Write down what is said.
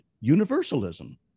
universalism